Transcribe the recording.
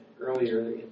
Earlier